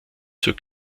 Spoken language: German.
zur